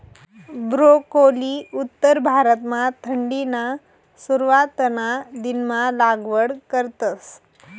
broccoli उत्तर भारतमा थंडीना सुरवातना दिनमा लागवड करतस